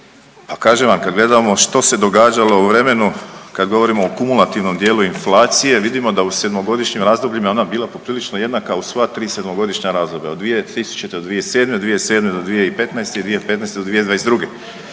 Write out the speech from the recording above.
Pa kažem vam, kada gledamo što se događalo u vremenu kada govorimo u kumulativnom dijelu inflacije vidimo da u 7-godišnjim razdobljima je ona bila poprilično jednaka u sva tri 7-godišnja razdoblja 2000. do 2007., od 2007. do 2015. i 2015. do 2022.